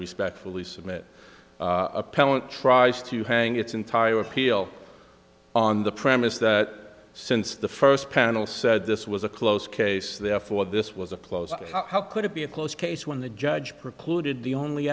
respectfully submit appellant tries to hang its entire appeal on the premise that since the first panel said this was a close case therefore this was a close how could it be a close case when the judge precluded the only